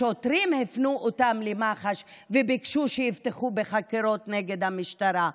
השוטרים הפנו אותם למח"ש וביקשו שיפתחו בחקירות נגד המשטרה,